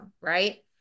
right